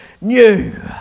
new